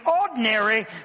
ordinary